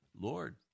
Lord